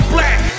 Black